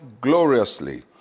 gloriously